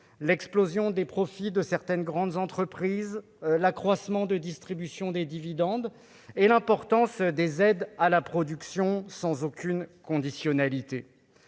l'explosion des profits de certaines grandes entreprises, la hausse de la distribution des dividendes et l'importance des aides à la production sans aucune conditionnalité.